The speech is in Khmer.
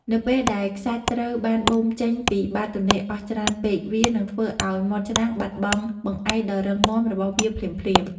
នៅពេលដែលខ្សាច់ត្រូវបានបូមចេញពីបាតទន្លេអស់ច្រើនពេកវានឹងធ្វើឱ្យមាត់ច្រាំងបាត់បង់បង្អែកដ៏រឹងមាំរបស់វាភ្លាមៗ។